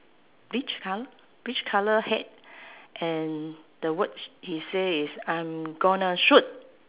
beige colour beige colour hat and the words he say is I'm gonna shoot